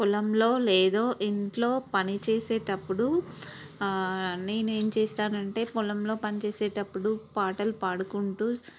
పొలంలో లేదు ఇంట్లో పని చేసేటప్పుడు నేనేం చేస్తానంటే పొలంలో పనిచేసేటప్పుడు పాటలు పాడుకుంటూ